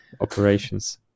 operations